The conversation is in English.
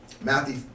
Matthew